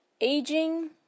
aging